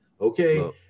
Okay